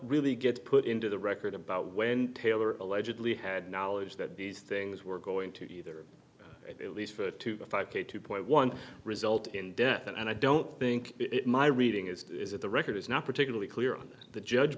really gets put into the record about when taylor allegedly had knowledge that these things were going to either at least for a five k two point one result in death and i don't think my reading is that the record is not particularly clear on the judge